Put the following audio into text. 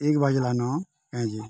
ଏକ୍ ବାଜିଲାନୁ